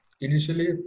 initially